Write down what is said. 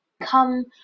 Come